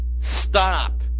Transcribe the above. stop